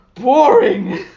boring